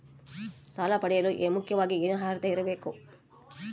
ಸಾಲ ಪಡೆಯಲು ಮುಖ್ಯವಾಗಿ ಏನು ಅರ್ಹತೆ ಇರಬೇಕು?